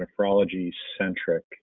nephrology-centric